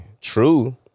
True